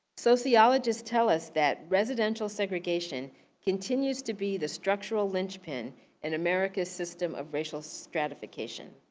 sociologists tell us that residential segregation continues to be the structural linchpin in america's system of racial stratification.